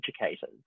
educators